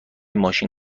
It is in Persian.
ماشین